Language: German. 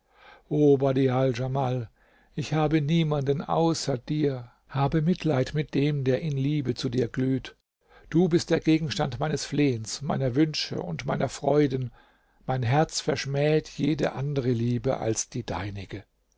djamal ich habe niemanden außer dir habe mitleid mit dem der in liebe zu dir glüht du bist der gegenstand meines flehens meiner wünsche und meiner freuden mein herz verschmäht jede andere liebe als die deinige